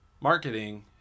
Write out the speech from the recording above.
Marketing